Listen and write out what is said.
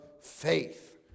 faith